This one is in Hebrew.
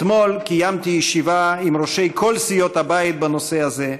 אתמול קיימתי ישיבה עם ראשי כל סיעות הבית בנושא זה,